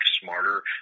smarter